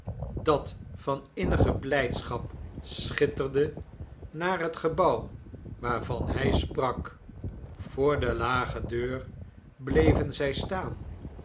dat van innige blijdschap schitterde naar het gebouw waarvan hij sprak voor de lage deur bleven zij staan